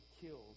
killed